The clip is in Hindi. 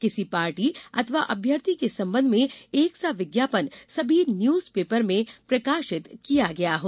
किसी पार्टी अथवा अभ्यर्भी के संबंध में एक सा विज्ञापन सभी न्यूज पेपर में प्रकाशित किया गया हो